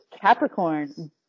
Capricorn